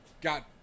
got